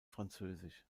französisch